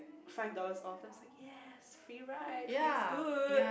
five dollars off then I was like yes free ride feels good